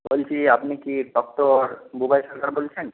বলছি আপনি কি ডক্টর বুবাই সরকার বলছেন